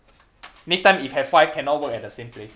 next time if have wife cannot work at the same place